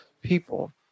people